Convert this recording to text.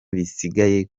bisigaye